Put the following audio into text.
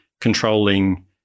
controlling